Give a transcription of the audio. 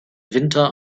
winter